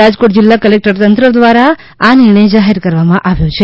રાજકોટ જિલ્લા કલેકટર તંત્ર દ્વારા આ નિર્ણય જાહેર કરવામાં આવ્યો છે